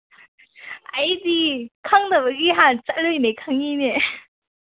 ꯑꯩꯗꯤ ꯈꯪꯗꯕꯒꯤ ꯍꯥꯟꯅ ꯆꯠꯂꯨꯏꯅꯦ ꯈꯪꯉꯤꯅꯦ